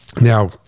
now